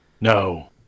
No